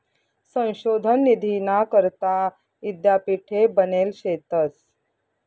संशोधन निधीना करता यीद्यापीठे बनेल शेतंस